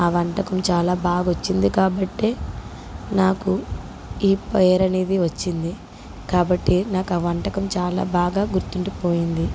ఆ వంటకం చాలా బాగొచ్చింది కాబట్టే నాకు ఈ పేరనేది వచ్చింది కాబట్టి నాకు ఆ వంటకం చాలా బాగా గుర్తుండిపోయింది